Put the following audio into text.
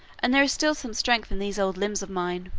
and there is still some strength in these old limbs of mine.